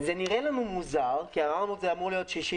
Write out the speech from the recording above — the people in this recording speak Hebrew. זה נראה לנו מוזר, כי זה אמור להיות 60%,